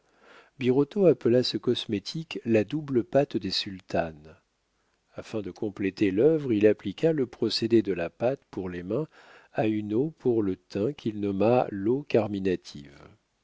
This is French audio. birotteau appela ce cosmétique la double pâte des sultanes afin de compléter l'œuvre il appliqua le procédé de la pâte pour les mains à une eau pour le teint qu'il nomma